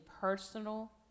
personal